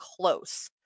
close